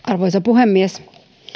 arvoisa puhemies